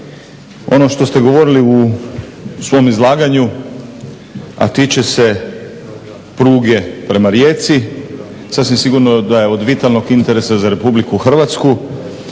Ono što ste govorili u svom izlaganju a tiče se pruge prema Rijeci sasvim sigurno da je od vitalnog interesa za Republiku Hrvatsku